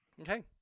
Okay